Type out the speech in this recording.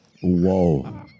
Whoa